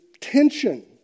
tension